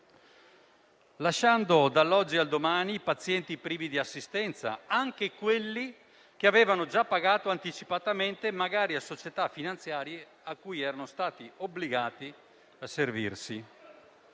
lasciando dall'oggi al domani pazienti privi di assistenza, anche quelli che avevano già pagato anticipatamente a società finanziarie a cui erano stati obbligati a rivolgersi.